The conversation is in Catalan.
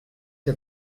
que